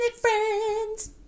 friends